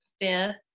fifth